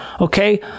Okay